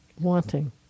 Wanting